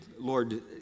Lord